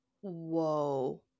whoa